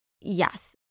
Yes